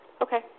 Okay